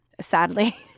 Sadly